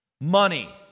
Money